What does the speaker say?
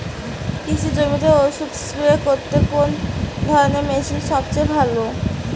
কৃষি জমিতে ওষুধ স্প্রে করতে কোন ধরণের মেশিন সবচেয়ে ভালো?